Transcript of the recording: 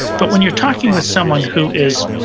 but when you're talking with someone who is,